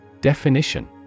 Definition